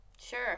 Sure